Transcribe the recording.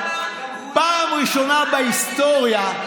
פעם ראשונה בהיסטוריה,